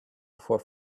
before